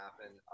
happen